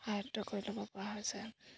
আয়ত্ত কৰি ল'ব পৰা হৈছে